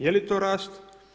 Je li to rast?